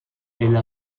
elle